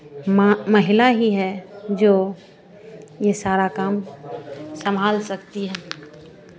माँ महिला ही है जो ये सारा काम सम्भाल सकती है